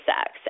sex